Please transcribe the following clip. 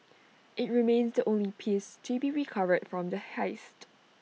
IT remains the only piece to be recovered from the heist